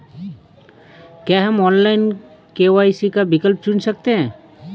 क्या हम online KYC का विकल्प चुन सकते हैं?